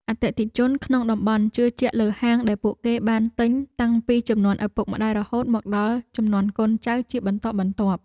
អតិថិជនក្នុងតំបន់ជឿជាក់លើហាងដែលពួកគេបានទិញតាំងពីជំនាន់ឪពុកម្ដាយរហូតមកដល់ជំនាន់កូនចៅជាបន្តបន្ទាប់។